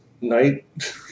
night